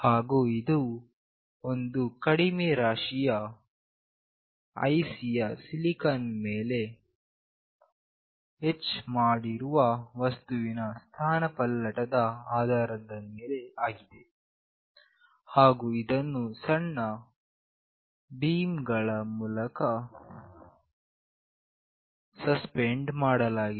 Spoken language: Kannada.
ಹಾಗು ಇದು ಒಂದು ಕಡಿಮೆ ರಾಶಿಯ ಐಸಿಯ ಸಿಲಿಕಾನ್ ಮೇಲ್ಮೈ ನ ಮೇಲೆ ಎಚ್ ಮಾಡಿರುವ ವಸ್ತುವಿನ ಸ್ಥಾನಪಲ್ಲಟದ ಆಧಾರದ ಮೇಲೆ ಆಗಿದೆ ಹಾಗು ಇದನ್ನು ಸಣ್ಣ ಭೀಮ್ ಗಳ ಮೂಲಕ ಸಸ್ಪೆಂಡ್ ಮಾಡಲಾಗಿದೆ